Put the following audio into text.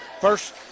First